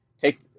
take